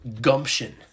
gumption